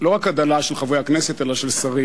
הדלה לא רק של חברי הכנסת אלא של שרים.